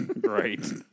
right